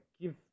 give